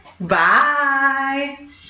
bye